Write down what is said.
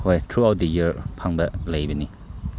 ꯍꯣꯏ throughout the year ꯐꯪꯕ ꯂꯩꯕꯅꯤ